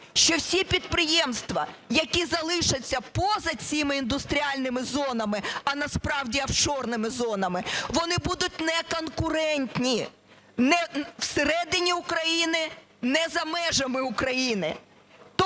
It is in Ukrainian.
що всі підприємства, які залишаться поза цими індустріальними зонами, а насправді офшорними зонами, вони будуть неконкурентні ні всередині України, ні за межами України.